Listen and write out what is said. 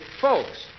folks